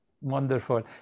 Wonderful